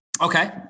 Okay